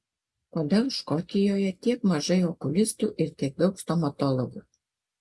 kodėl škotijoje tiek mažai okulistų ir tiek daug stomatologų